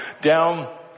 down